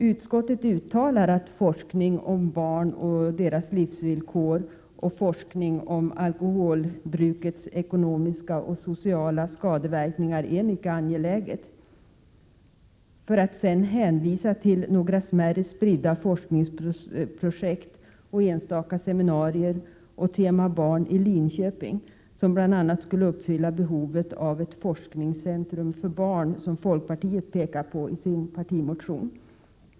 Utskottet uttalar att forskning om barn och deras livsvillkor och forskning om alkoholbrukets ekonomiska och sociala skadeverkningar är mycket angelägen — för att sedan hänvisa till några smärre, spridda forskningsprojekt, enstaka seminarier och ”tema Barn” i Linköping, som bl.a. skulle uppfylla behovet av ett forskningscentrum för barn, som folkpartiet pekar på i sin partimotion.